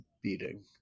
beating